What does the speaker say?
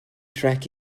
track